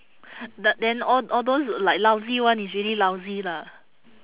the then all all those like lousy [one] is really lousy lah